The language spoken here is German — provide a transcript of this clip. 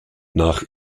nach